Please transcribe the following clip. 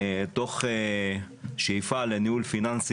תוך שאיפה לניהול פיננסי